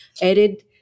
edit